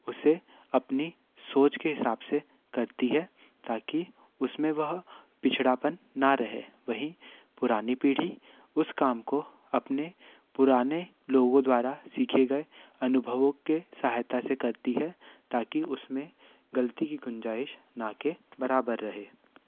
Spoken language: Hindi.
उसे अपनी सोच के हिसाब से करती है ताकि उसमें वह पिछड़ापन ना रहे वहीं पुरानी पीढ़ी उस काम को अपने पुराने लोगों द्वारा सीखे गए अनुभवों के सहायता से करती है ताकि उसमें गलती की गुंजाइश ना के बराबर रहे